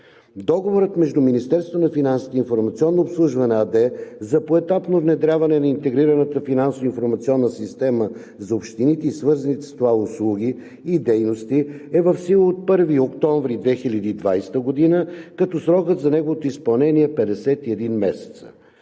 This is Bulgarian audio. обслужване“ АД за поетапно внедряване на интегрираната финансово-информационна система за общините и свързаните с това услуги и дейности, е в сила от 1 октомври 2020 г., като срокът за неговото изпълнение е 51 месеца.